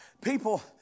People